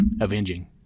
avenging